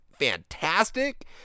fantastic